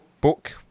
book